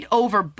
over